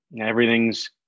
everything's